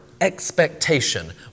expectation